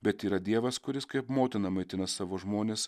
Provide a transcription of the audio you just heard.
bet yra dievas kuris kaip motina maitina savo žmones